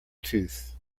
tooth